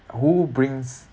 who brings